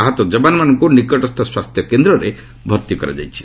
ଆହତ ଯବାନମାନଙ୍କୁ ନିକଟସ୍ଥ ସ୍ୱାସ୍ଥ୍ୟ କେନ୍ଦ୍ରରେ ଭର୍ତ୍ତି କରାଯାଇଛି